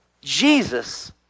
Jesus